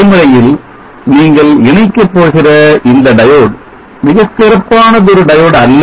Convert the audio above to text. நடைமுறையில் நீங்க இணைக்கப் போகிற இந்த diode மிகச் சிறப்பானதொரு diode அல்ல